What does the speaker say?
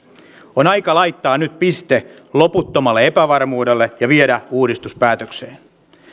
on aika laittaa nyt piste loputtomalle epävarmuudelle ja viedä uudistus päätökseen